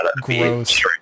gross